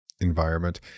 environment